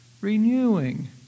Renewing